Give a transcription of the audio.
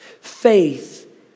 Faith